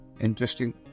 Interesting